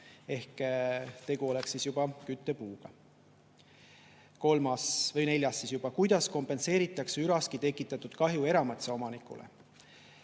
ehk tegu oleks küttepuuga. Kolmas või neljas siis juba: "Kuidas kompenseeritakse üraski tekitatud kahju erametsaomanikele?"